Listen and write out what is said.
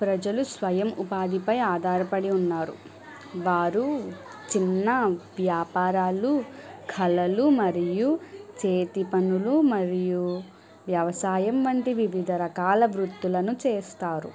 ప్రజలు స్వయం ఉపాధి పై ఆధారపడి ఉన్నారు వారు చిన్న వ్యాపారాలు కలలు మరియు చేతి పనులు మరియు వ్యవసాయం వంటి వివిధ రకాల వృత్తులను చేస్తారు